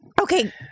Okay